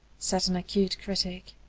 said an acute critic.